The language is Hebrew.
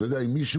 אם מישהו